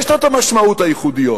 יש לו המשמעויות הייחודיות,